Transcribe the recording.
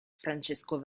francesco